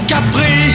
Capri